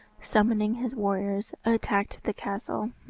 summoning his warriors attacked the castle.